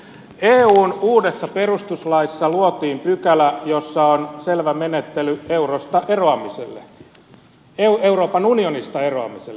eun uudessa perustuslaissa luotiin pykälä jossa on selvä menettely euroopan unionista eroamiselle